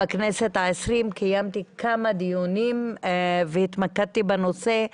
בכנסת ה-20 קיימתי כמה דיונים והתמקדתי בנושא.